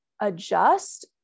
adjust